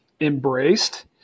embraced